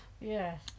Yes